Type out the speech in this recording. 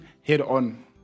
head-on